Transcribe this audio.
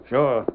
Sure